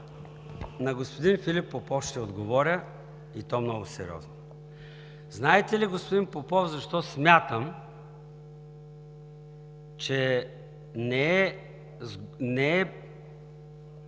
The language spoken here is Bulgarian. на господин Филип Попов ще отговоря, и то много сериозно. Знаете ли, господин Попов, защо смятам, че не е